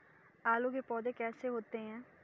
आलू के पौधे कैसे होते हैं?